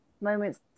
moments